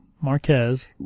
Marquez